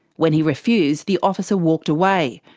when he refused, the officer walked away.